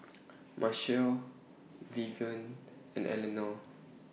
Marshal Vivien and Eleanor